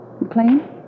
McLean